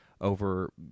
over